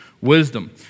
wisdom